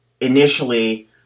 initially